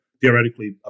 theoretically